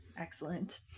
Excellent